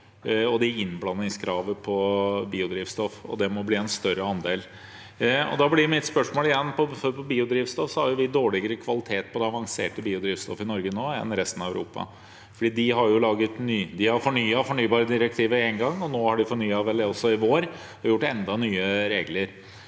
og innblandingskravet for biodrivstoff. Det må bli en større andel. Da blir mitt spørsmål: Vi har dårligere kvalitet på det avanserte biodrivstoffet i Norge enn resten av Europa har. De har fornyet fornybardirektivet en gang, og nå er det fornyet også i vår og har fått enda nye regler.